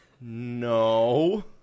No